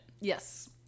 Yes